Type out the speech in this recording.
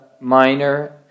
minor